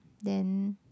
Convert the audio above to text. then